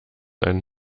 einen